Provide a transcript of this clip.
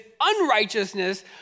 unrighteousness